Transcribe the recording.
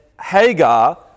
Hagar